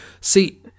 See